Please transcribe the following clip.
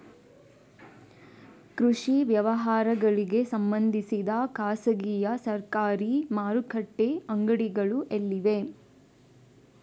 ಕೃಷಿ ವ್ಯವಹಾರಗಳಿಗೆ ಸಂಬಂಧಿಸಿದ ಖಾಸಗಿಯಾ ಸರಕಾರಿ ಮಾರುಕಟ್ಟೆ ಅಂಗಡಿಗಳು ಎಲ್ಲಿವೆ?